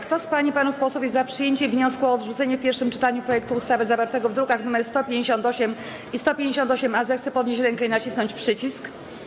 Kto z pań i panów posłów jest za przyjęciem wniosku o odrzucenie w pierwszym czytaniu projektu ustawy zawartego w drukach nr 158 i 158-A, zechce podnieść rękę i nacisnąć przycisk.